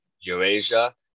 Eurasia